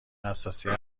حساسیت